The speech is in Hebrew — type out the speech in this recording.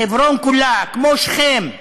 חברון כולה, כמו שכם,